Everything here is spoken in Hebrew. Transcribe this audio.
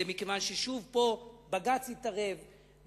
מכיוון ששוב בג"ץ התערב פה,